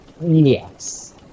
Yes